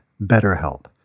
BetterHelp